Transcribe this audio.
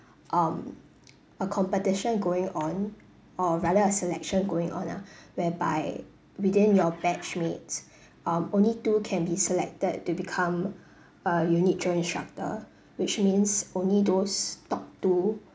um a competition going on or rather a selection going on ah whereby within your batch mates um only two can be selected to become uh unit training instructor which means only those top two